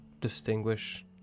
distinguish